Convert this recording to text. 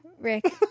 Rick